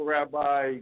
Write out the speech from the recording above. Rabbi